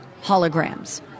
holograms